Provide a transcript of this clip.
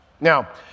Now